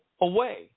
away